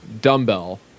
dumbbell